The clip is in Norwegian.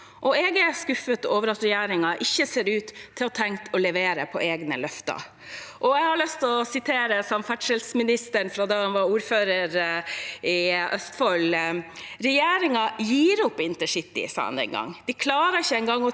Jeg er skuffet over at regjeringen ikke ser ut til å ha tenkt å levere på egne løfter. Jeg har lyst å sitere samferdselsministeren fra da han var ordfører i Østfold: «Regjeringen gir opp Intercity», sa han den gang. «De